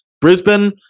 Brisbane